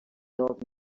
old